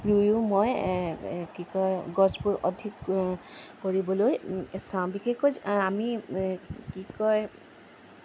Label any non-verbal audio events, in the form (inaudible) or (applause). ৰুইও (unintelligible) মই কি কয় গছবোৰ অধিক কৰিবলৈ চাওঁ আমি বিশেষকৈ আমি কি কয়